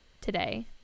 today